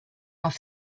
off